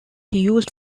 used